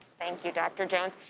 thank you dr. jones.